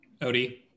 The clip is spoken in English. Odie